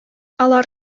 алар